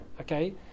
okay